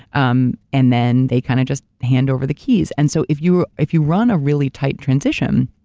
um and then they kind of just hand over the keys and so if you if you run a really tight transition,